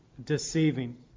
deceiving